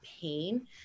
pain